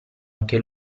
anche